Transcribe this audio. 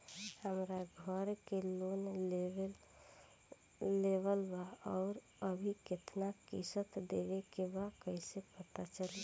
हमरा घर के लोन लेवल बा आउर अभी केतना किश्त देवे के बा कैसे पता चली?